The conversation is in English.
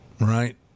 right